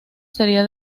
sería